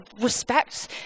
respect